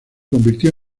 convirtió